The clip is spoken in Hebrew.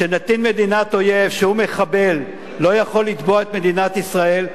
שנתין מדינת אויב שהוא מחבל לא יכול לתבוע את מדינת ישראל,